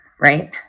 right